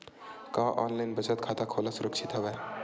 का ऑनलाइन बचत खाता खोला सुरक्षित हवय?